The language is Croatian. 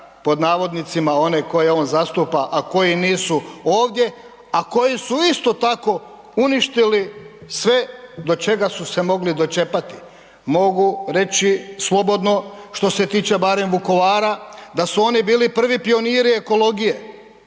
pod navodnicima one koje on zastupa a koji nisu ovdje a koji su isto tako uništili sve do čega su se mogli dočepati. Mogu reći slobodno što se tiče barem Vukovara da su oni bili prvi pioniri ekologije